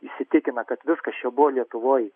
įsitikina kad viskas čia buvo lietuvoj